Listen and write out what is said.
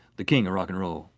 the king of rock and roll.